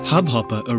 Hubhopper